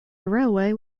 railway